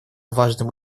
важным